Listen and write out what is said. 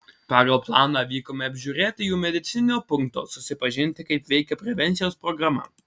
pagal planą vykome apžiūrėti jų medicininio punkto susipažinti kaip veikia prevencijos programa